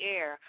Air